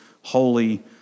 holy